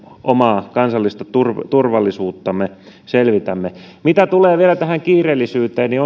omaa kansallista turvallisuuttamme selvitämme mitä tulee vielä tähän kiireellisyyteen niin